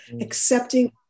accepting